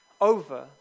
over